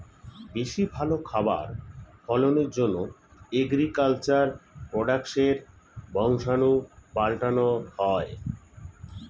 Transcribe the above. বেশি ভালো খাবার ফলনের জন্যে এগ্রিকালচার প্রোডাক্টসের বংশাণু পাল্টানো হয়